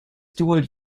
dual